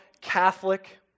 Catholic